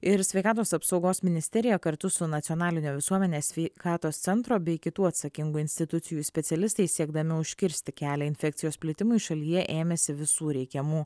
ir sveikatos apsaugos ministerija kartu su nacionalinio visuomenės sveikatos centro bei kitų atsakingų institucijų specialistais siekdami užkirsti kelią infekcijos plitimui šalyje ėmėsi visų reikiamų